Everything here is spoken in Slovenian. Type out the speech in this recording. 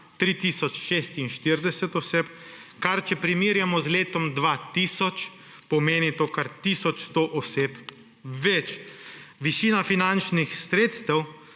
46 oseb, če primerjamo z letom 2000, pomeni to kar tisoč 100 oseb več. Višina finančnih sredstev